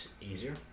easier